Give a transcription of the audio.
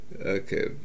Okay